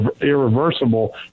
irreversible